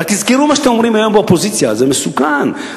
רק תזכרו מה שאומרים היום באופוזיציה: זה מסוכן,